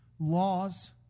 laws